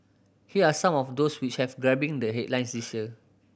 here are some of those which have grabbing the headlines this year